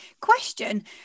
Question